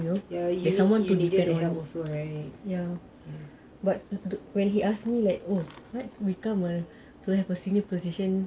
someone depend on you also right